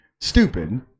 stupid